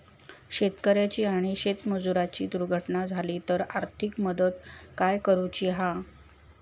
शेतकऱ्याची आणि शेतमजुराची दुर्घटना झाली तर आर्थिक मदत काय करूची हा?